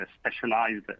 specialized